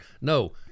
No